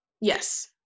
Yes